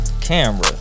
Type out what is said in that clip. Camera